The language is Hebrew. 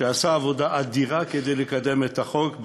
שעשה עבודה אדירה כדי לקדם את החוק,